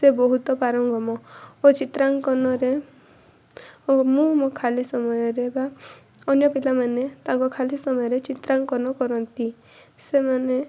ସେ ବହୁତ ପାରଙ୍ଗମ ଓ ଚିତ୍ରାଙ୍କନରେ ଓ ମୁଁ ମୋ ଖାଲି ସମୟରେ ବା ଅନ୍ୟ ପିଲାମାନେ ତାଙ୍କ ଖାଲି ସମୟରେ ଚିତ୍ରାଙ୍କନ କରନ୍ତି ସେମାନେ